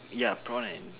ya prawn and